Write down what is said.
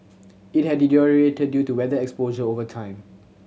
it had deteriorated due to weather exposure over time